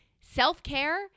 self-care